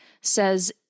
says